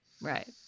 Right